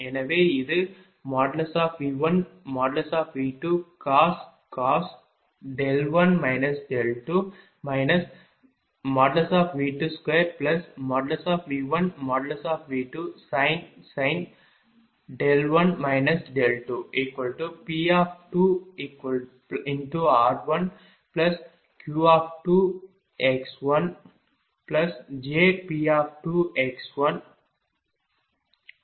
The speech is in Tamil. எனவே இது V1V2cos 1 2 V22V1V2sin 1 2 P2r1Q2xjP2x1 Q2r இது சமன்பாடு 62 வலது